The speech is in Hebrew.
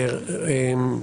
העיתונים.